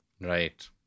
Right